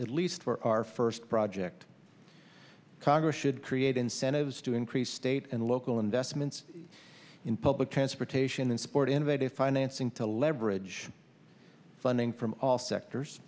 at least for our first project congress should create incentives to increase state and local investments in public transportation and support innovative financing to leverage funding from all sectors